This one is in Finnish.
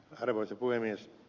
arvoisa puhemies